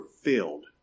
filled